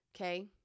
okay